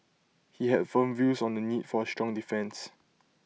he had firm views on the need for A strong defence